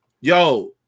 yo